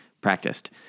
practiced